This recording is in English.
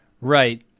Right